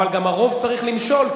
אבל גם הרוב צריך למשול,